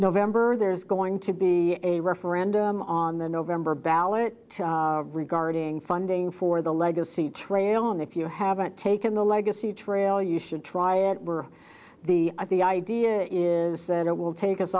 november there's going to be a referendum on the november ballot regarding funding for the legacy trail and if you haven't taken the legacy trail you should try it were the i think the idea is that it will take us